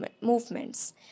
movements